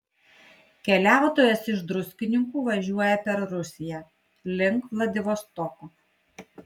keliautojas iš druskininkų važiuoja per rusiją link vladivostoko